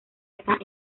estas